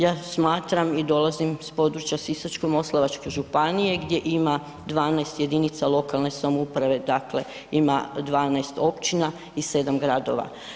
Ja smatram i dolazim s područja Sisačko-moslavačke županije gdje ima 12 jedinica lokalne samouprave dakle ima 12 općina i 7 gradova.